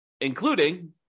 including